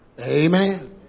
Amen